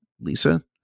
Lisa